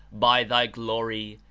by thy glory,